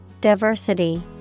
Diversity